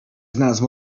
znalazł